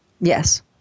Yes